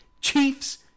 Chiefs